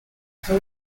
for